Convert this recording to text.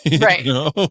right